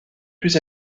plus